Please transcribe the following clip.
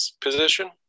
position